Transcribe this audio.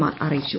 R അറിയിച്ചു